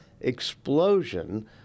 explosion